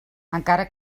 encara